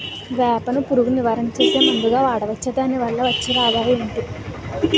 వేప ను పురుగు నివారణ చేసే మందుగా వాడవచ్చా? దాని వల్ల వచ్చే లాభాలు ఏంటి?